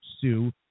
sue